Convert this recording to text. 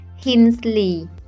Hinsley